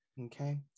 Okay